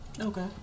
okay